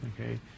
okay